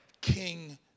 King